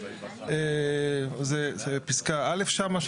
זה פסקה (א) שם,